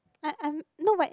I I'm not my